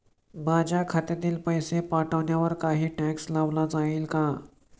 माझ्या खात्यातील पैसे पाठवण्यावर काही टॅक्स लावला जाईल का?